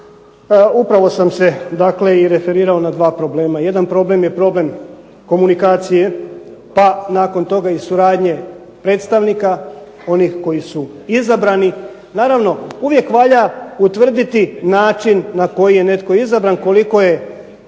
Upravo sam se, dakle i referirao na dva problema. Jedan problem je problem komunikacije, pa nakon toga i suradnje predstavnika onih koji su izabrani. Naravno, uvijek valja utvrditi način na koji je netko izabran, koliko je